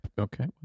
Okay